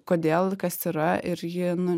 kodėl kas yra ir ji nu